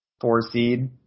four-seed